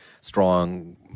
strong